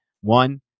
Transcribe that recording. One